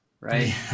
right